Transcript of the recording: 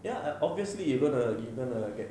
ya obviously you gonna you gonna get